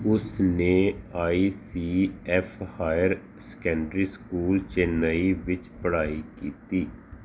ਉਸ ਨੇ I C F higher secondary school Chennai ਵਿੱਚ ਪੜ੍ਹਾਈ ਕੀਤੀ